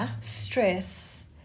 stress